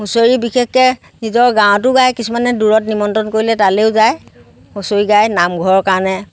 হুঁচৰি বিশেষকে নিজৰ গাঁৱতো গায় কিছুমানে দূৰত নিমন্ত্ৰণ কৰিলে তালেও যায় হুঁচৰি গায় নামঘৰৰ কাৰণে